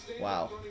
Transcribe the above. Wow